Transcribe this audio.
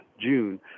June